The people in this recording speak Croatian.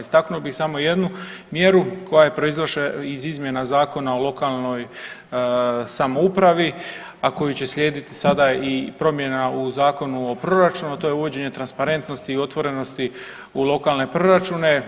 Istaknuo bi samo jednu mjera koja je proizašla iz izmjena Zakona o lokalnoj samoupravi, a koju će slijediti sada i promjena u Zakonu o proračunu, to je uvođenje transparentnosti i otvorenosti u lokalne proračune.